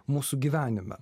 mūsų gyvenime